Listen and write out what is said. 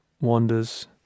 wanders